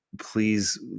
please